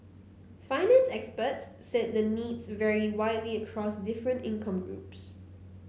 finance experts said the needs vary widely across different income groups